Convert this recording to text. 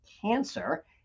cancer